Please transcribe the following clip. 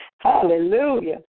Hallelujah